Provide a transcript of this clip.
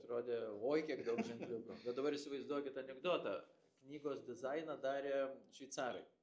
atrodė oi kiek daug ženkliukų bet dabar įsivaizduokit anekdotą knygos dizainą darė šveicarai